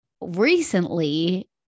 recently